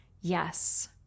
yes